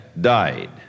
died